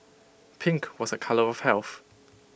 pink was A colour of health